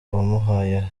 wamuhaye